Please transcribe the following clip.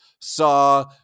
saw